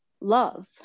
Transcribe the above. love